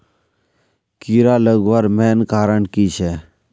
कीड़ा लगवार मेन कारण की छे?